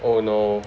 oh no